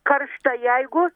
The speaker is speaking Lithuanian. karšta jeigu